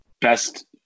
Best